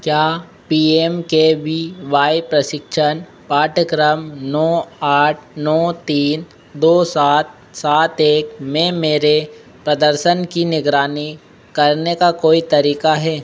क्या P M K V Y प्रशिक्षण पाठ्यक्रम नौ आठ नौ तीन दो सात सात एक में मेरे पदर्शन की निगरानी करने का कोई तरीक़ा है